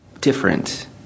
different